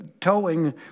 towing